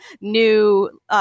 new